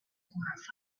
horrified